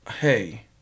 Hey